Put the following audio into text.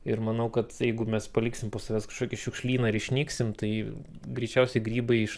ir manau kad jeigu mes paliksim po savęs kažkokį šiukšlyną ir išnyksim tai greičiausiai grybai iš